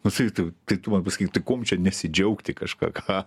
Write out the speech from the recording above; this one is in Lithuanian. pasakyk tu tai tu man pasakyk tai kuom čia nesidžiaugti kažką ką